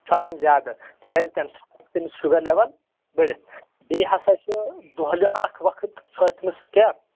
چھُ آسان زیادٕ تِکیٛازِ تَمہِ سۭتۍ تٔمِس شُگر لیوَل بٔڑِتھ بیٚیہِ ہَسا چھِ دۄہلہِ اَکھ وقت سُہ حظ تٔمِس کیٛاہ